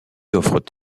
offrent